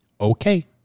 Okay